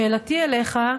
שאלתי אליך: